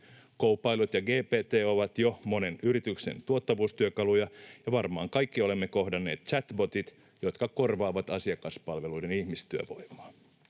Copilot ja GPT ovat jo monen yrityksen tuottavuustyökaluja, ja varmaan kaikki olemme kohdanneet chatbotit, jotka korvaavat asiakaspalveluiden ihmistyövoimaa.